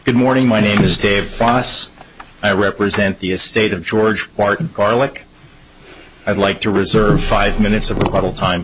good morning my name is dave foss i represent the state of georgia garlic i'd like to reserve five minutes of the little time